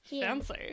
fancy